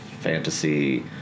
fantasy